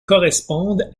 correspondent